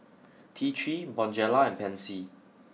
T three Bonjela and Pansy